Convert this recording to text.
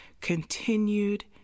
continued